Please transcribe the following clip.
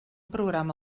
programa